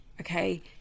okay